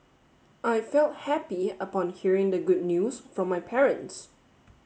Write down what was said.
I felt happy upon hearing the good news from my parents